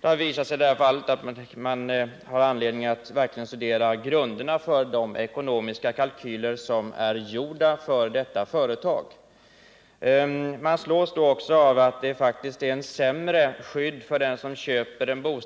Det här fallet har visat att det finns anledning att verkligen studera grunderna för de ekonomiska kalkyler som är gjorda för föreningen. Man slås av att den som köper en bostadsrätt faktiskt har ett sämre skydd än den som köper ett småhus.